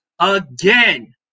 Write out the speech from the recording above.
again